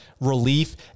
relief